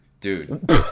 dude